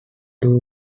doo